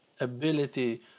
ability